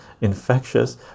infectious